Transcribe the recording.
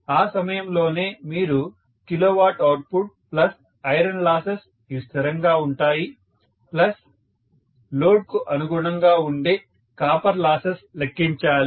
ఆ సమయంలోనే మీరు కిలోవాట్ అవుట్పుట్ ఐరన్ లాసెస్ ఇవి స్థిరంగా ఉంటాయి లోడ్ కు అనుగుణంగా ఉండే కాపర్ లాసెస్ లెక్కించాలి